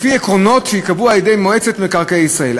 לפי עקרונות שייקבעו על-ידי מועצת מקרקעי ישראל.